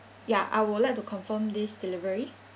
ya I would like to confirm this delivery